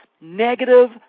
negative